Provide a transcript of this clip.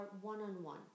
one-on-one